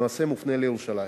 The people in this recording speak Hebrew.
למעשה מופנה לירושלים.